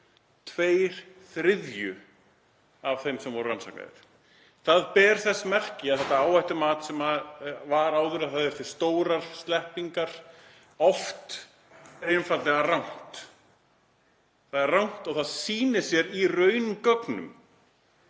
tveir þriðju af þeim sem voru rannsakaðir. Það ber þess merki að þetta áhættumat sem var áður, að það þyrfti stórar sleppingar oft, er einfaldlega rangt. Það er rangt og það sýnir sig í raungögnum.